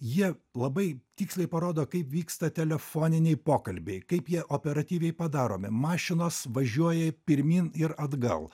jie labai tiksliai parodo kaip vyksta telefoniniai pokalbiai kaip jie operatyviai padaromi mašinos važiuoja pirmyn ir atgal